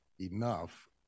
enough